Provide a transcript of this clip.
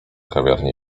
kawiarni